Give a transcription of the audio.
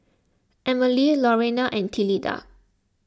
Emily Lorrayne and Tilda